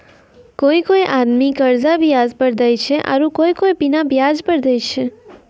कोय कोय आदमी कर्जा बियाज पर देय छै आरू कोय कोय बिना बियाज पर देय छै